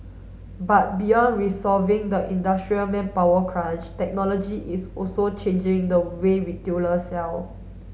but beyond resolving the industry's manpower crunch technology is also changing the way retailers sell